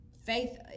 Faith